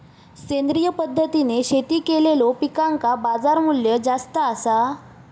सेंद्रिय पद्धतीने शेती केलेलो पिकांका बाजारमूल्य जास्त आसा